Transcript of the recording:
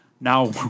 now